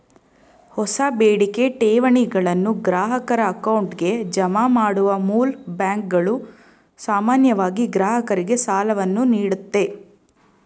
ಹೊಸ ಬೇಡಿಕೆ ಠೇವಣಿಗಳನ್ನು ಗ್ರಾಹಕರ ಅಕೌಂಟ್ಗೆ ಜಮಾ ಮಾಡುವ ಮೂಲ್ ಬ್ಯಾಂಕ್ಗಳು ಸಾಮಾನ್ಯವಾಗಿ ಗ್ರಾಹಕರಿಗೆ ಸಾಲವನ್ನು ನೀಡುತ್ತೆ